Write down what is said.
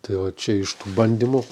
tai va čia iš tų bandymų